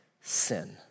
sin